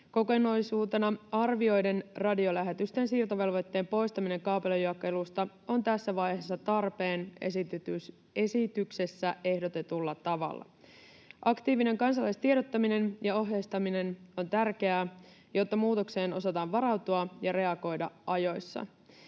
Kokonaisuutena arvioiden radiolähetysten siirtovelvoitteen poistaminen kaapelijakelusta on tässä vaiheessa tarpeen esityksessä ehdotetulla tavalla. Aktiivinen kansalaistiedottaminen ja ohjeistaminen on tärkeää, jotta muutokseen osataan varautua ja reagoida ajoissa.